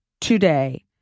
today